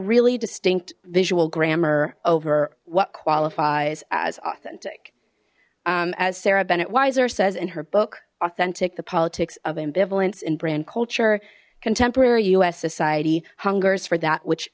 really distinct visual grammar over what qualifies as authentic as sarah bennett weiser says in her book authentic the politics of ambivalence in brand culture contemporary u s society hungers for that which